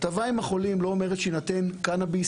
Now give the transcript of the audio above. הטבה עם החולים לא אומרת שיינתן קנביס